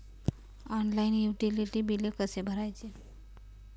Online utility बिले कसे भरायचे?